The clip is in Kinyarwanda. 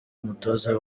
umutoza